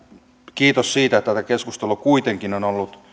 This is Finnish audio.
kiitos siitä että tämä keskustelu kuitenkin on ollut